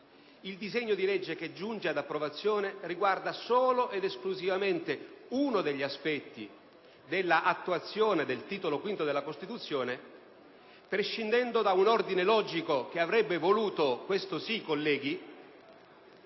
il disegno di legge che giunge ad approvazione riguarda solo ed esclusivamente uno degli aspetti dell'attuazione del Titolo V della Costituzione. Si prescinde cioè da un ordine logico che avrebbe voluto - questo sì, colleghi